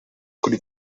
kuri